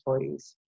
employees